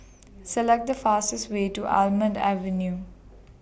Select The fastest Way to Almond Avenue